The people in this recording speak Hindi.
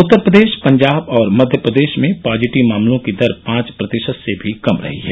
उत्तर प्रदेश पंजाब और मध्य प्रदेश में पॉजिटिव मामलों की दर पांच प्रतिशत से भी कम रही है